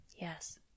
Yes